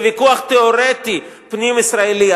זה ויכוח תיאורטי פנים-ישראלי.